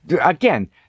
again